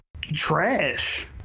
trash